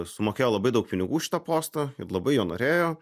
sumokėjo labai daug pinigų už šitą postą labai jo norėjo